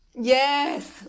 Yes